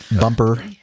Bumper